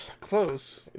Close